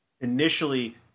initially